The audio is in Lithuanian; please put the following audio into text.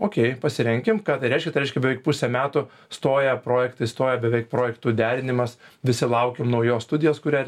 okei pasirenkimką tai reiškia tai reiškia beveik pusę metų stoja projektai stoja beveik projektų derinimas visi laukiam naujos studijos kurią